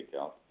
takeout